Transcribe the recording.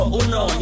uno